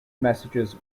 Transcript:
messages